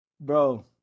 Bro